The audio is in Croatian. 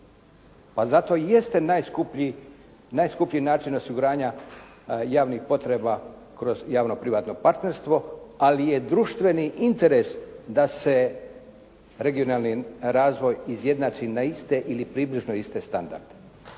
Pa zato i jeste najskuplji način osiguranja javnih potreba kroz javno-privatno partnerstvo, ali je društveni interes da se regionalni razvoj izjednači na iste ili približno iste standarde.